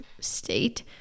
state